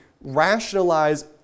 rationalize